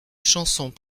chansons